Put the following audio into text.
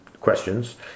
questions